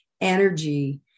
energy